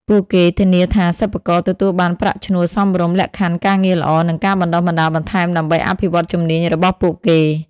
ពួកគេធានាថាសិប្បករទទួលបានប្រាក់ឈ្នួលសមរម្យ លក្ខខណ្ឌការងារល្អ និងការបណ្តុះបណ្តាលបន្ថែមដើម្បីអភិវឌ្ឍជំនាញរបស់ពួកគេ ។